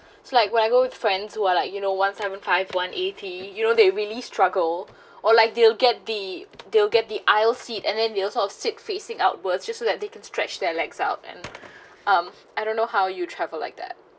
so like when I go with friends who are like you know one seven five one eighty you know they really struggle or like they'll get the they'll get the aisle seat and then they'll sort of sit facing outwards just so that they can stretch their legs out and um I don't know how you travel like that